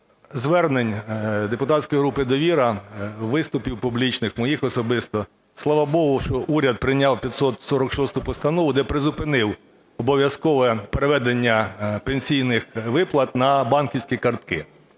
звернень депутатської групи "Довіра", виступів публічних, моїх особисто, слава богу, що уряд прийняв 546 Постанову, де призупинив обов'язкове переведення пенсійних виплат на банківські картки.